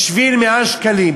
בשביל 100 שקלים,